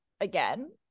again